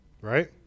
Right